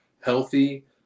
healthy